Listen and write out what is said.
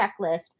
checklist